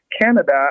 Canada